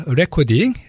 recording